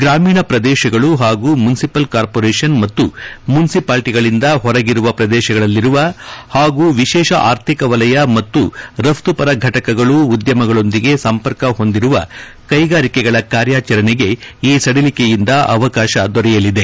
ಗ್ರಾಮೀಣ ಪ್ರದೇಶಗಳು ಹಾಗೂ ಮುನ್ಸಿಪಲ್ ಕಾರ್ಪೋರೇಷನ್ ಮತ್ತು ಮುನ್ಸಿಪಾಲ್ಸಿಗಳಿಂದ ಹೊರಗಿರುವ ಪ್ರದೇಶಗಳಲ್ಲಿರುವ ಹಾಗೂ ವಿಶೇಷ ಆರ್ಥಿಕ ವಲಯ ಮತ್ತು ರಫ್ತುಪರ ಘಟಕಗಳು ಉದ್ದಮಗಳೊಂದಿಗೆ ಸಂಪರ್ಕ ಹೊಂದಿರುವ ಕೈಗಾರಿಕೆಗಳ ಕಾರ್ಯಾಚರಣೆಗೆ ಈ ಸಡಿಲಿಕೆಯಿಂದ ಅವಕಾಶ ದೊರೆಯಲಿದೆ